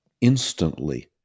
instantly